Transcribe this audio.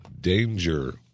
Danger